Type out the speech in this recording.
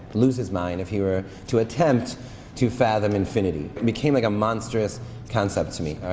lose his mind, if he were to attempt to fathom infinity. became like a monstrous concept to me,